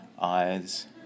eyes